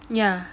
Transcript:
yeah